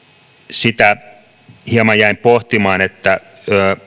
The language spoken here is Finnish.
sitä hieman jäin pohtimaan että